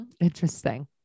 Interesting